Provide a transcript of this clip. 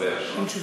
אין תשובה.